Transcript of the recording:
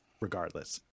regardless